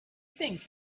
think